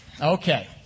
Okay